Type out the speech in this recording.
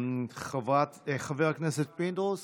חבר הכנסת פינדרוס?